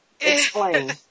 Explain